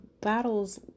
battles